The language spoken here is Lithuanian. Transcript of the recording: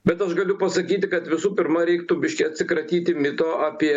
bet aš galiu pasakyti kad visų pirma reiktų biški atsikratyti mito apie